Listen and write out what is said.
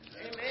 Amen